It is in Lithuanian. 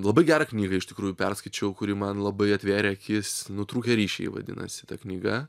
labai gerą knygą iš tikrųjų perskaičiau kuri man labai atvėrė akis nutrūkę ryšiai vadinasi ta knyga